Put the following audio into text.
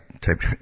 type